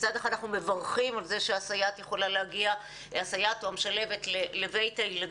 מצד אחד אנחנו מברכים על זה שהסייעת או המשלבת יכולה להגיע לבית הילדים,